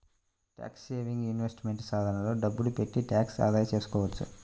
tax saving investment సాధనాల్లో డబ్బులు పెట్టి ట్యాక్స్ ఆదా చేసుకోవచ్చు